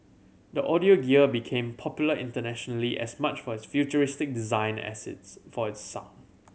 the audio gear became popular internationally as much for its futuristic design as its for its sound